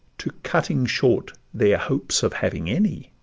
to cutting short their hopes of having any?